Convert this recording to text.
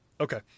Okay